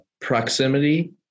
proximity